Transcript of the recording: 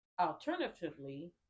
Alternatively